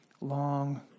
long